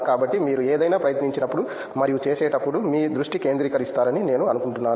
కాబట్టి మీరు ఏదైనా ప్రయత్నించినప్పుడు మరియు చేసేటప్పుడు మీ దృష్టి కేంద్రీకరిస్తారని నేను అనుకుంటున్నాను